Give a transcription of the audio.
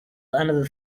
another